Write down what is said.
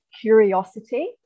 curiosity